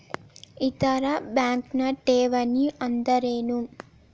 ಇತರ ಬ್ಯಾಂಕ್ನ ಠೇವಣಿ ಅನ್ದರೇನು?